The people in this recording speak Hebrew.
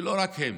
ולא רק הם,